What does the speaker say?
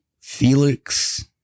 Felix